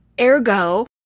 Ergo